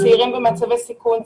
צעירים במצבי סיכון,